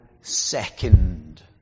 second